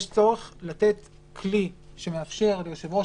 יש צורך לתת כלי שמאפשר ליושב-ראש